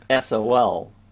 SOL